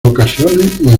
ocasiones